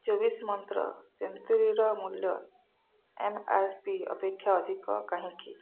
ଚବିଶ୍ ମନ୍ତ୍ର ତେନ୍ତୁଳିର ମୂଲ୍ୟ ଏମ୍ ଆର୍ ପି ଅପେକ୍ଷା ଅଧିକ କାହିଁକି